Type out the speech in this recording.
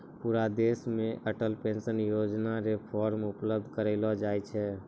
पूरा देश मे अटल पेंशन योजना र फॉर्म उपलब्ध करयलो जाय छै